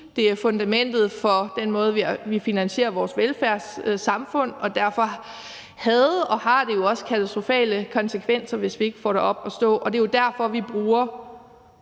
Det er fundamentet for den måde, vi finansierer vores velfærdssamfund på, og derfor havde og har det jo også katastrofale konsekvenser, hvis vi ikke får det op at stå. Det er jo derfor, vi bruger